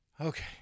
Okay